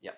yup